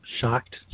Shocked